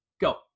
go